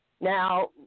Now